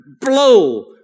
blow